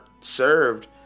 served